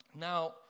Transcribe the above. Now